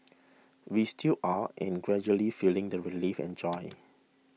we still are and gradually feeling the relief and joy